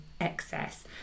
excess